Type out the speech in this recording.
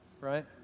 right